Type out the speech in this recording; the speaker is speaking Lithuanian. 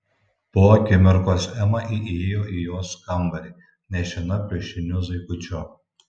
po akimirkos ema įėjo į jos kambarį nešina pliušiniu zuikučiu